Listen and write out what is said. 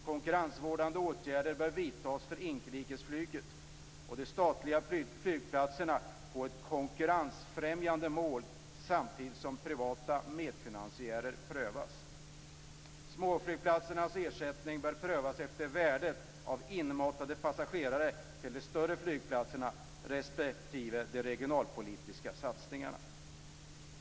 Konkurrensvårdande åtgärder bör vidtas för inrikesflyget. De statliga flygplatserna får ett konkurrensfrämjande mål, samtidigt som privata medfinansiärer prövas. Småflygplatsernas ersättning bör prövas efter "värdet" av inmatade passagerare till de större flygplatserna respektive de regionalpolitiska satsningarna.